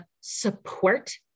support